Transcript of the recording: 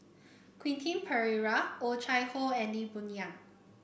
Quentin Pereira Oh Chai Hoo and Lee Boon Yang